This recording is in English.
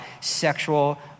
sexual